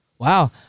Wow